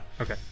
Okay